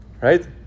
right